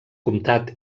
comtat